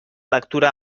lectura